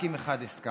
רק עם אחד הסכמתי,